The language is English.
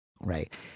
right